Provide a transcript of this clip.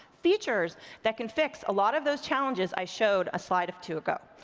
features that can fix a lot of those challenges i showed a slide of two ago,